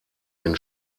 den